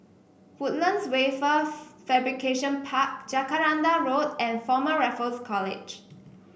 Woodlands Wafer Fabrication Park Jacaranda Road and Former Raffles College